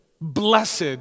blessed